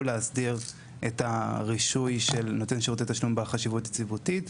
להסדיר את הרישוי של נותן שירותי תשלום בעל חשיבות יציבותית.